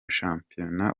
shampiyona